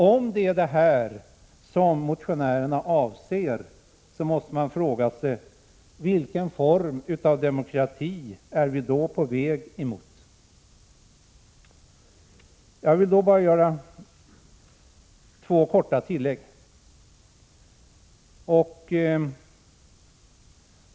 Om detta är vad motionärerna avser måste man fråga sig vilken form av demokrati vi är på väg emot. Jag vill göra två korta tillägg.